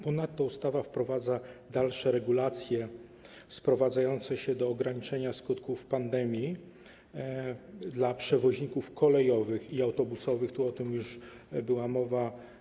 Ponadto ustawa wprowadza dalsze regulacje sprowadzające się do ograniczenia skutków pandemii dla przewoźników kolejowych i autobusowych, była już o tym mowa.